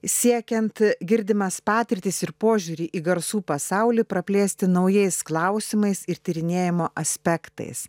siekiant girdimas patirtis ir požiūrį į garsų pasaulį praplėsti naujais klausimais ir tyrinėjimo aspektais